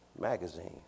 magazines